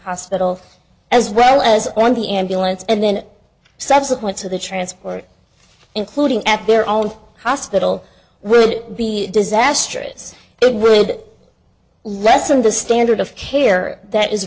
hospital as well as when the ambulance and then subsequent to the transport including at their own hospital would be disastrous it would lessen the standard of care that is